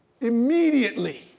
immediately